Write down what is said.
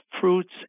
fruits